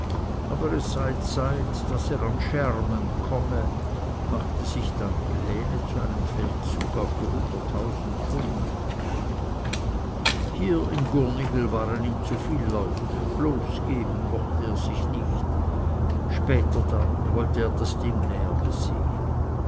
aber es sei zeit daß er an schermen komme machte sich dann pläne zu einem feldzug auf die hunderttausend pfund hier im gurnigel waren ihm zu viel leute bloßgeben mochte er sich nicht später dann wollte er das ding näher besehen